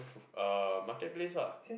uh market place lah